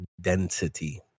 density